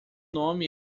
nome